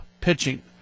pitching